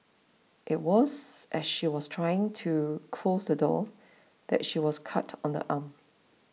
it was as she was trying to close the door that she was cut on the arm